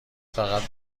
فقط